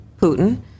Putin